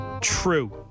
True